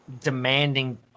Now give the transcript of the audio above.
demanding